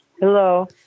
Hello